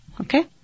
okay